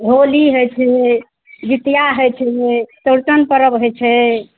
होली हइ छै जितिया हइ छलै चौरचन परब हइ छै